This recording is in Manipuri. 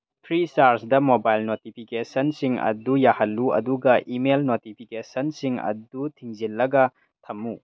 ꯐ꯭ꯔꯤꯆꯥꯔꯁꯗ ꯃꯣꯕꯥꯏꯜ ꯅꯣꯇꯤꯐꯤꯀꯦꯁꯟꯁꯤꯡ ꯑꯗꯨ ꯌꯥꯍꯜꯂꯨ ꯑꯗꯨꯒ ꯏꯃꯦꯜ ꯅꯣꯇꯤꯐꯤꯀꯦꯁꯟꯁꯤꯡ ꯑꯗꯨ ꯊꯤꯡꯖꯤꯜꯂꯒ ꯊꯝꯃꯨ